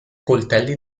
coltelli